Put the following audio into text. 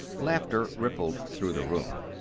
laughter rippled through the room.